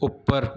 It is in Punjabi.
ਉੱਪਰ